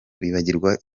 kwibagirwa